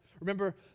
Remember